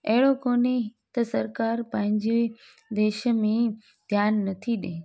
अहिड़ो कोन्हे त सरकार पंहिंजे देश में ध्यानु नथी ॾे